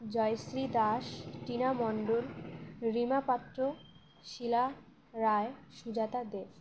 Jayashree Das Tina Mondal Rima Patra Sheela Roy Sujata Dev